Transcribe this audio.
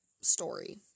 story